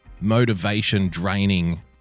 motivation-draining